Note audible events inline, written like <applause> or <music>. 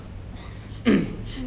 <laughs>